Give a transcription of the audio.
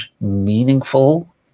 meaningful